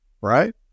right